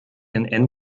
den